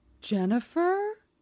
Jennifer